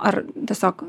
ar tiesiog